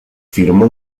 firmó